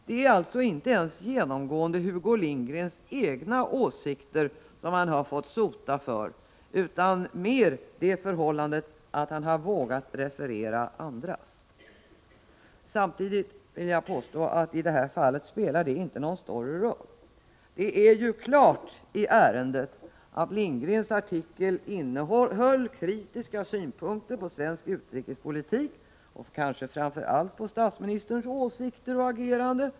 Det är alltså inte ens genomgående Hugo Lindgrens egna åsikter som han har fått sota för, utan mer det förhållandet att han har vågat referera andra. Samtidigt vill jag påstå att det i det här fallet inte spelar någon större roll. Det är klart i ärendet att Lindgrens artikel innehöll kritiska synpunkter på svensk utrikespolitik, kanske framför allt på statsministerns åsikter och ageranden.